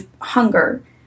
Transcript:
hunger